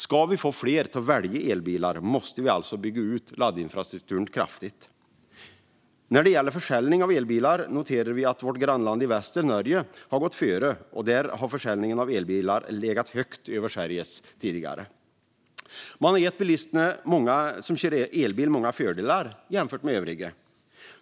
Om vi ska få fler att välja elbil måste vi alltså bygga ut laddinfrastrukturen kraftigt. När det gäller försäljning av elbilar noterar vi att vårt grannland i väster, Norge, har gått före och att försäljningen av nya elbilar där tidigare har legat högt över Sveriges. Man har gett de bilister som kör elbil många fördelar jämfört med övriga.